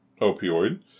opioid